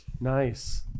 Nice